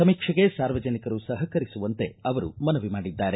ಸಮೀಕ್ಷೆಗೆ ಸಾರ್ವಜನಿಕರು ಸಹಕರಿಸುವಂತೆ ಅವರು ಮನವಿ ಮಾಡಿದ್ದಾರೆ